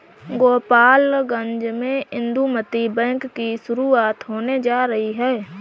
गोपालगंज में इंदुमती बैंक की शुरुआत होने जा रही है